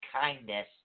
kindness